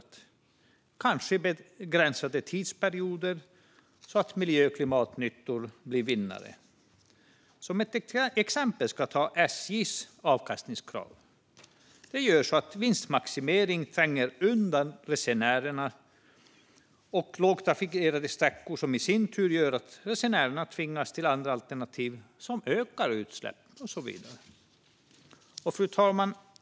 Det kanske man kan göra under begränsade tidsperioder, så att miljö och klimatnyttor blir vinnare. Som ett exempel ska jag ta SJ:s avkastningskrav. Det gör att vinstmaximering tränger undan resenärerna och lågtrafikerade sträckor, vilket i sin tur gör att resenärerna tvingas till andra alternativ som ökar utsläpp och så vidare. Fru talman!